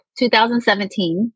2017